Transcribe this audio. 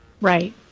right